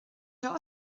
der